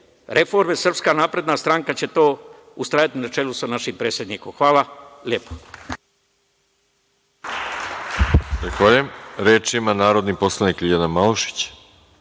reforme, Srpska napredna stranka će to činiti na čelu sa našim predsednikom. Hvala lepo.